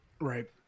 right